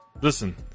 Listen